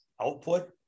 output